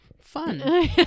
fun